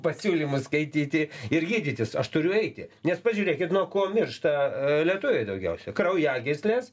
pasiūlymus skaityti ir gydytis aš turiu eiti nes pažiūrėkit nuo ko miršta lietuviai daugiausiai kraujagyslės